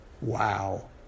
Wow